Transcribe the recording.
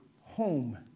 home